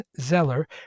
Zeller